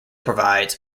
provides